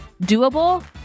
doable